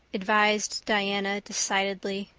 advised diana decidedly.